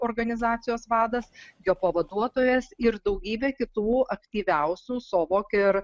organizacijos vadas jo pavaduotojas ir daugybė kitų aktyviausių sovok ir